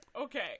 Okay